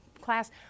class